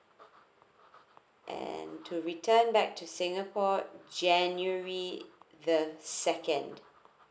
and to return back to singapore january the second